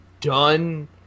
done